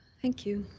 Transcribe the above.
thank you.